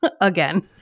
again